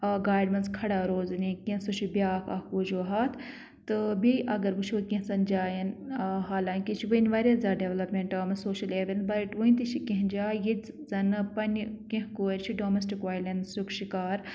گاڑِ منٛز کھَڑا روزُن یا کینٛہہ سُہ چھُ بیٛاکھ اَکھ وجوٗہات تہٕ بیٚیہِ اگر وٕچھو کینٛژھن جایَن حالانکہ یہِ چھِ وۄنۍ واریاہ زیادٕ ڈیولَپمینٛٹ آمٕژ سوشَل ایویرنَس بَٹ وٕنۍ تہِ کینٛہہ جاے ییٚتہِ زَن نہٕ پنٛنہِ کینٛہہ کورِ چھِ ڈامَسٹِک وایلینٕسُک شِکار